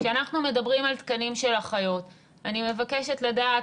כשאנחנו מדברים על תקנים של אחיות אני מבקשת לדעת,